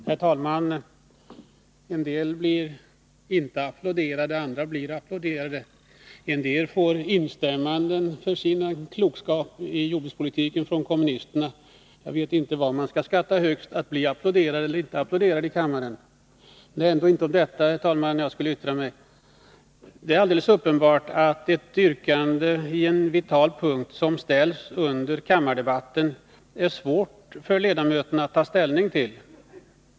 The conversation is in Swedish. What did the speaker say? Herr talman! En del blir inte applåderade, andra blir det, och en del får instämmanden för sin klokskap i jordbrukspolitiken från kommunisterna. Jag vet inte vad man skall skatta högst: att bli applåderad i kammaren eller att inte bli det. Men det är inte om detta, herr talman, som jag skall yttra mig. Det är alldeles uppenbart att det är svårt för ledamöterna att ta ställning till ett yrkande på en vital punkt vilket ställs under kammardebatten.